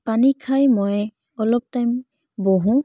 পানী খাই মই অলপ টাইম বহোঁ